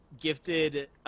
gifted